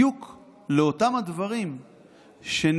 זה היה בדיוק לאותם הדברים שנציגיה,